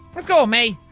let's go, ah mae.